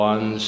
One